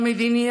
המדיני,